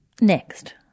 Next